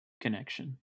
connection